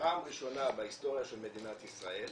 פעם ראשונה בהיסטוריה של מדינת ישראל